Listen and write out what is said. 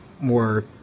more